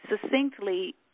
succinctly